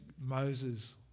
Moses